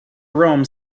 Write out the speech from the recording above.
rome